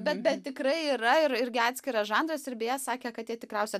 bet bet tikrai yra ir irgi atskiras žanras ir beje sakė kad jie tikriausia